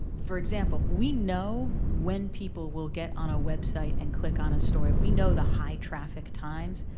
for example, we know when people will get on a website and click on a story. we know the high traffic times.